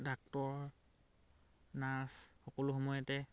doctor nurse সকলো সময়তে